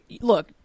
look